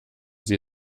sie